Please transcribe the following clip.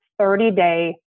30-day